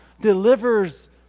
delivers